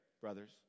brothers